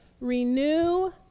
renew